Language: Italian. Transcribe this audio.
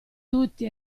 tutti